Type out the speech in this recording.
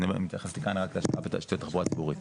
אני מתייחס כאן רק להשקעה בתשתיות תחבורה ציבורית.